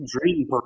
Dream